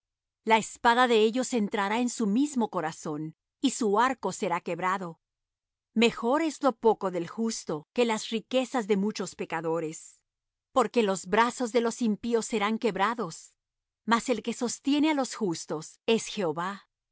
la espada de ellos entrará en su mismo corazón y su arco será quebrado mejor es lo poco del justo que las riquezas de muchos pecadores porque los brazos de los impíos serán quebrados mas el que sostiene á los justos es jehová